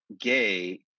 gay